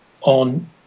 on